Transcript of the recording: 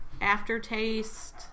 aftertaste